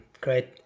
Great